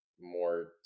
more